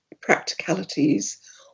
practicalities